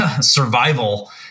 survival